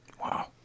Wow